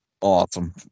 Awesome